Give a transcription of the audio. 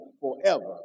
forever